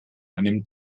einem